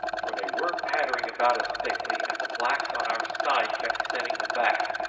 for they were pattering about us thickly, and the blacks on our side kept sending them back,